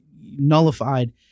nullified